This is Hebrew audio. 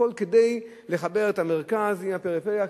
הכול כדי לחבר את המרכז עם הפריפריה,